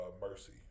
mercy